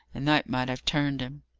and that might have turned him.